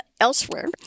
elsewhere